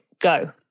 go